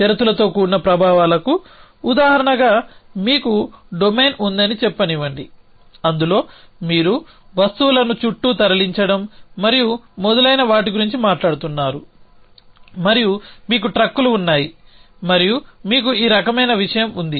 షరతులతో కూడిన ప్రభావాలకు ఉదాహరణగా మీకు డొమైన్ ఉందని చెప్పనివ్వండి అందులో మీరు వస్తువులను చుట్టూ తరలించడం మరియు మొదలైన వాటి గురించి మాట్లాడుతున్నారు మరియు మీకు ట్రక్కులు ఉన్నాయి మరియు మీకు ఈ రకమైన విషయం ఉంది